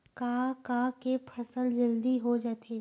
का का के फसल जल्दी हो जाथे?